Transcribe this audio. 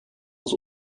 was